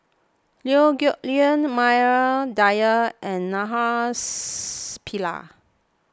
Liew Geok Leong Maria Dyer and Naraina Pillai